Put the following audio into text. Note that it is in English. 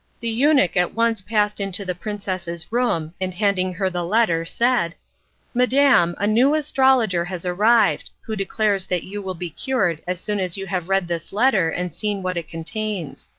the eunuch at once passed into the princess's room, and handing her the letter said madam, a new astrologer has arrived, who declares that you will be cured as soon as you have read this letter and seen what it contains.